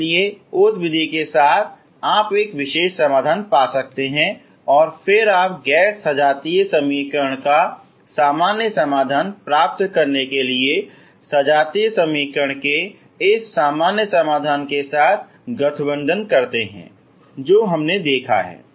इसलिए उस विधि के साथ आप एक विशेष समाधान पा सकते हैं और फिर आप गैर सजातीय समीकरण का सामान्य समाधान प्राप्त करने के लिए सजातीय समीकरण के इस सामान्य समाधान के साथ गठबंधन करते हैं जो हमने देखा है